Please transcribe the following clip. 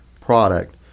product